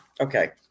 Okay